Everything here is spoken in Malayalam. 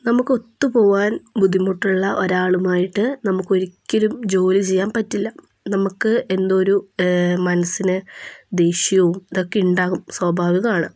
നമുക്ക് ഒത്തുപോവാൻ ബുദ്ധിമുട്ടുള്ള ഒരാളുമായിട്ട് നമുക്ക് ഒരിക്കലും ജോലി ചെയ്യാൻ പറ്റില്ല നമുക്ക് എന്തോ ഒരു മനസ്സിന് ദേഷ്യവും ഇതൊക്കെ ഉണ്ടാവും സ്വാഭാവികാണ്